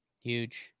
huge